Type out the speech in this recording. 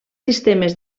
sistemes